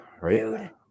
right